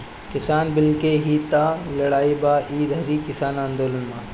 किसान बिल के ही तअ लड़ाई बा ई घरी किसान आन्दोलन में